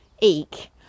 Eek